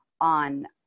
on